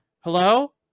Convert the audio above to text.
hello